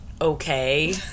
Okay